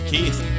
Keith